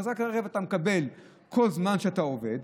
אחזקת רכב אתה מקבל כל זמן שאתה עובד.